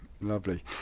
lovely